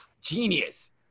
Genius